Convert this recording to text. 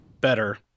better